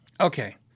okay